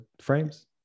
frames